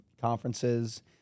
conferences